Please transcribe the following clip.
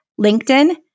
LinkedIn